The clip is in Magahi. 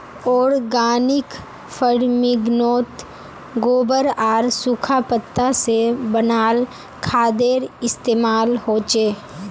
ओर्गानिक फर्मिन्गोत गोबर आर सुखा पत्ता से बनाल खादेर इस्तेमाल होचे